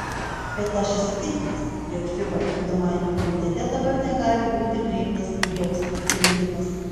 bet aš įsitikinęs jog fiba vykdomajame komitete dabar negali būti priimtas joks sprendimas